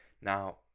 Now